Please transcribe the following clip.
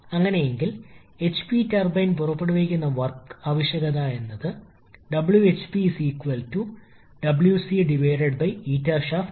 അതിനാൽ input ദ്യോഗിക input ആവശ്യകതയിലെ പരമാവധി ലാഭം PI തിരഞ്ഞെടുക്കുന്നതിലൂടെ നമുക്ക് നോക്കാം